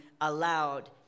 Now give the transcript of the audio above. allowed